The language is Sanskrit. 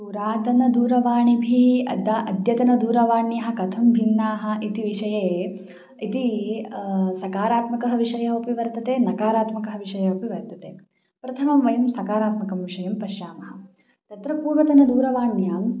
पुरातनदूरवाणीभिः अद्य अद्यतनदूरवाण्यः कथं भिन्नाः इति विषये इति सकारात्मकः विषयोऽपि वर्तते नकारात्मकः विषयोऽपि वर्तते प्रथमं वयं सकारात्मकं विषयं पश्यामः तत्र पूर्वतनदूरवाण्यां